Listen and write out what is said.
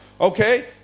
Okay